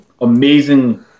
amazing